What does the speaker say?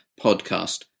podcast